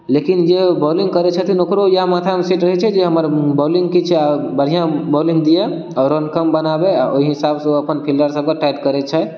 लेकिन जे बॉलिंग करै छथिन ने ओकरो इएह माथा मे सेट रहै छै जे हमर बॉलिंग किछु बढ़िऑं बॉलिंग दिअ आओर रन कम बनाबे ओहि हिसाब से ओ अपन फिल्डर सबके टाइट करै छथि